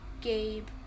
Gabe